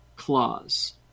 Clause